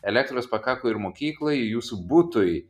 elektros pakako ir mokyklai ir jūsų butui